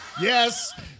Yes